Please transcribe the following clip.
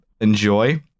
enjoy